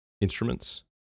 instruments